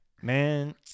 man